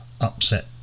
upset